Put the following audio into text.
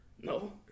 No